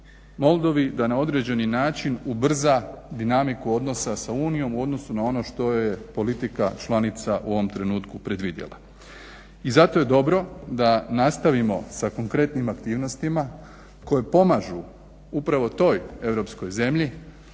Moldovi da na određeni način ubrza dinamiku odnosa sa Unijom u odnosu na ono što je politika članica u ovom trenutku predvidjela. I zato je dobro da nastavimo sa konkretnim aktivnostima koje pomažu upravo toj europskoj zemlji